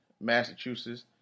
Massachusetts